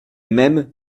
mêmes